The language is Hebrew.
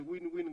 זה win win,